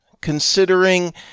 considering